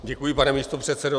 Děkuji, pane místopředsedo.